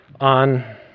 on